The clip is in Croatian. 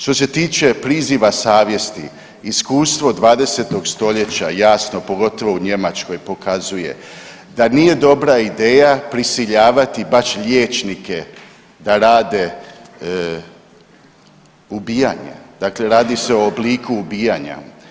Što se tiče priziva savjesti, iskustvo 20. stoljeća jasno pogotovo u Njemačkoj pokazuje da nije dobra ideja prisiljavati baš liječnike da rade ubijanje, dakle radi se o obliku ubijanja.